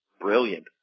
brilliant